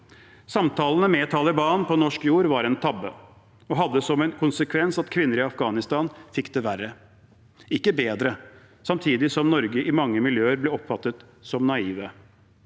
Samtalene med Taliban på norsk jord var en tabbe og hadde som en konsekvens at kvinner i Afghanistan fikk det verre, ikke bedre, samtidig som Norge i mange miljøer ble oppfattet som naive.